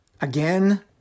again